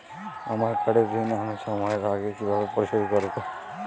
আমার গাড়ির ঋণ আমি সময়ের আগে কিভাবে পরিশোধ করবো?